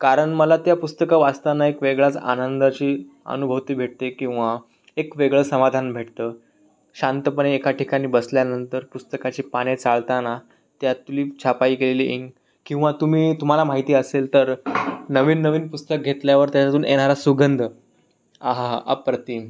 कारण मला त्या पुस्तकं वाचताना एक वेगळाच आनंदाची अनुभूती भेटते किंवा एक वेगळं समाधान भेटतं शांतपणे एका ठिकाणी बसल्यानंतर पुस्तकाची पाने चाळताना त्यातली छपाई केलेली इंक किंवा तुम्ही तुम्हाला माहिती असेल तर नवीन नवीन पुस्तक घेतल्यावर त्याच्यातून येणारा सुगंध अहाहा अप्रतिम